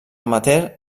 amateur